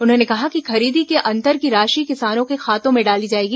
उन्होंने कहा कि खरीदी के अंतर की राशि किसानों के खातों में डाली जाएगी